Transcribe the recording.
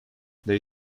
they